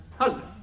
Husband